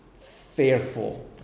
fearful